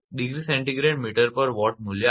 5°𝐶 mtWatt મૂલ્ય આપેલ છે